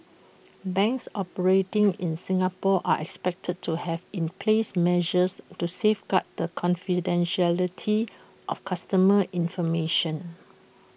banks operating in Singapore are expected to have in place measures to safeguard the confidentiality of customer information